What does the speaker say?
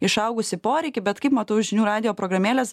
išaugusį poreikį bet kaip matau žinių radijo programėlės